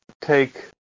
take